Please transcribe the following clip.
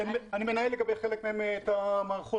כי אני מנהל לגבי חלק מהם את המערכות,